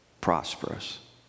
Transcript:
prosperous